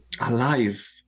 alive